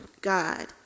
God